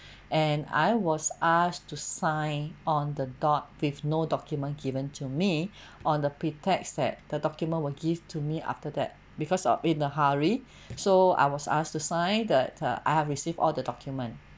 and I was asked to sign on the dot with no document given to me on the pretext that the document will give to me after that because of in a hurry so I was asked to sign that the I have received all the documents